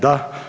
Da.